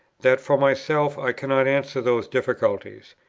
that, for myself, i cannot answer those difficulties.